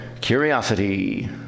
Curiosity